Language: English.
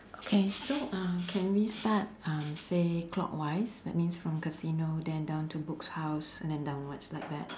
okay so uh can we start uh say clockwise that means from casino then down to books house and downwards like that